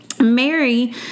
Mary